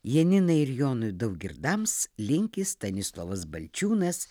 janinai ir jonui daugirdams linki stanislovas balčiūnas